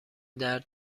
درد